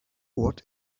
what